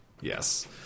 yes